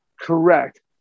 Correct